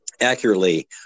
accurately